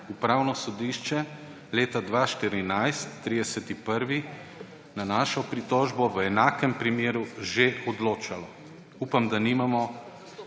Upravno sodišče leta 2014, 30. 1., na našo pritožbo v enakem primeru že odločalo. Upam, da nimamo